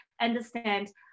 understand